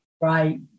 Right